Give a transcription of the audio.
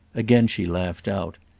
again she laughed out.